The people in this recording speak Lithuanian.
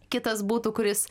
kitas būtų kuris